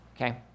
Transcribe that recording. okay